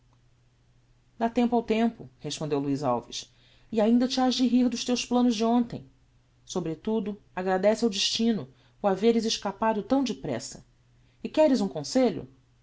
dá tempo ao tempo respondeu luiz alves e ainda te has de rir dos teus planos de hontem sobretudo agradece ao destino o haveres escapado tão depressa e queres um conselho